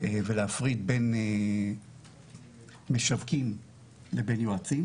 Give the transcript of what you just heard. ולהפריד בין משווקים לבין יועצים,